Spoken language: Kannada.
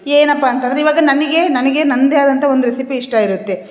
ಏನಪ್ಪ ಅಂತಂದರೆ ಇವಾಗ ನನಗೆ ನನಗೆ ನನ್ನದೆ ಆದಂತ ಒಂದು ರೆಸಿಪಿ ಇಷ್ಟ ಇರುತ್ತೆ